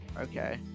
Okay